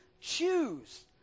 choose